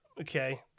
Okay